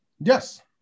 Yes